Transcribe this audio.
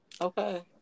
Okay